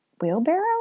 wheelbarrow